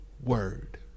word